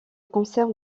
conserve